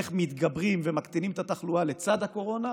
איך מתגברים ומקטינים את התחלואה לצד הקורונה